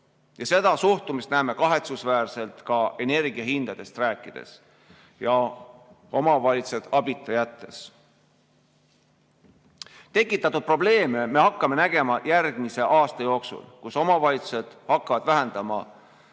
Seda suhtumist näeme kahetsusväärselt ka energiahindadest rääkides ja omavalitsusi abita jättes. Tekitatud probleeme me hakkame nägema järgmise aasta jooksul, kui omavalitsused hakkavad vähendama